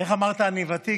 איך אמרת, אני ותיק?